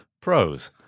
Pros